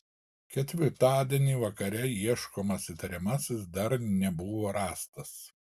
ketvirtadienį vakare ieškomas įtariamasis dar nebuvo rastas